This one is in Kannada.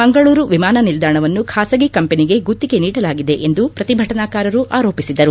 ಮಂಗಳೂರು ವಿಮಾನ ನಿಲ್ದಾಣವನ್ನು ಖಾಸಗಿ ಕಂಪನಿಗೆ ಗುತ್ತಿಗೆ ನೀಡಲಾಗಿದೆ ಎಂದು ಪ್ರತಿಭಟನಕಾರರು ಆರೋಪಿಸಿದರು